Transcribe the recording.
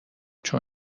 چون